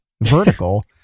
vertical